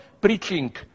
preaching